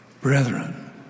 Brethren